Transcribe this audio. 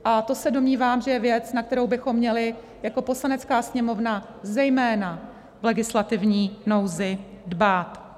A to se domnívám, že je věc, na kterou bychom měli jako Poslanecká sněmovna zejména v legislativní nouzi dbát.